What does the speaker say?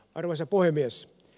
arvoisa puhemies